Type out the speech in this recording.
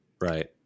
Right